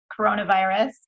coronavirus